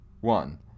One